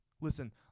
Listen